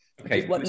okay